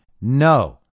No